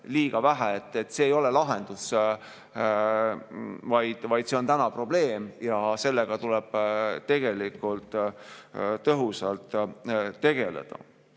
liiga vähe. See ei ole lahendus, vaid see on probleem ja sellega tuleb tõhusalt tegeleda.